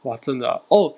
!wah! 真的啊 oh